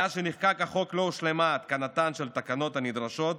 מאז נחקק החוק לא הושלמה התקנתן של התקנות הנדרשות,